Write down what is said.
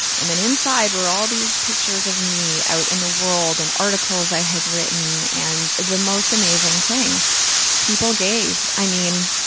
and then inside were all these pictures of me out in the world and articles i had written. and the most amazing thing people gave. i mean,